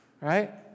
right